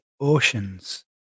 oceans